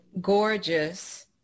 Gorgeous